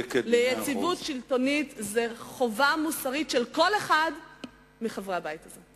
יציבות שלטונית זו חובה מוסרית של כל אחד מחברי הבית הזה.